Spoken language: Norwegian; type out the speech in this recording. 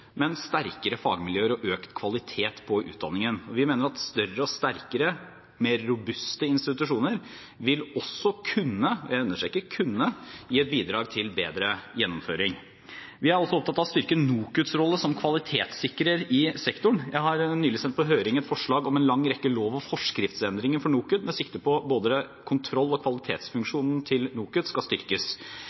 men sterkere fagmiljøer og økt kvalitet på utdanningen. Vi mener at større og sterkere, mer robuste institusjoner også vil kunne – jeg understreker kunne – gi et bidrag til bedre gjennomføring. Vi er også opptatt av å styrke NOKUTs rolle som kvalitetssikrer i sektoren. Jeg har nylig sendt på høring et forslag om en lang rekke lov- og forskriftsendringer for NOKUT med sikte på at både kontroll- og kvalitetsfunksjonen til NOKUT skal styrkes.